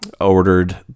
ordered